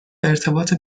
ارتباط